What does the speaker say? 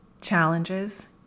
challenges